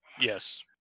Yes